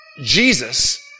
Jesus